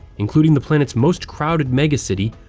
including the planet's most crowded megacity,